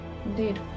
Indeed